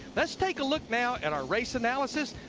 let's take a look now at our race analysis.